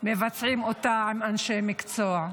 מבצעים אותה עם אנשי מקצוע.